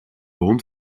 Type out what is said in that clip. hond